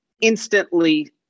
instantly